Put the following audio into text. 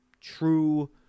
true